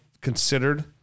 considered